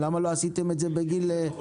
למה לא עשיתם את זה בגיל הזה?